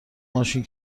ماشین